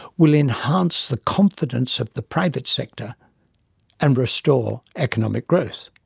will enhance the confidence of the private sector and restore economic growth.